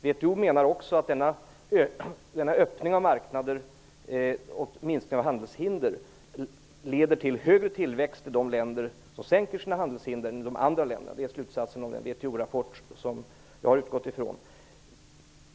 WTO menar också att denna öppning av marknader och minskning av handelshinder leder till högre tillväxt i de länder som sänker sina handelshinder än i de andra länderna. Det är slutsatsen av den WTO-rapport som jag har utgått ifrån.